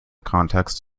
context